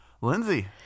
Lindsay